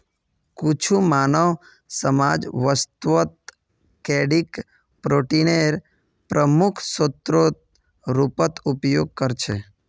कुछु मानव समाज वास्तवत कीडाक प्रोटीनेर प्रमुख स्रोतेर रूपत उपयोग करछे